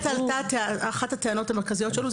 אחת הטענות המרכזיות שעלו,